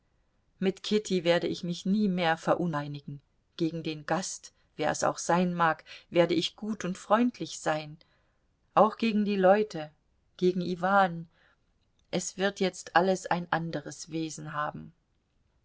mit kitty werde ich mich nie mehr veruneinigen gegen den gast wer es auch sein mag werde ich gut und freundlich sein auch gegen die leute gegen iwan es wird jetzt alles ein anderes wesen haben